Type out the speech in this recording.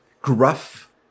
gruff